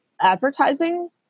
advertising